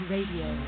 Radio